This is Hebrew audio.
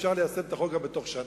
אפשר ליישם את החוק גם בתוך שנה,